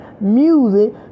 Music